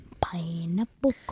Pineapple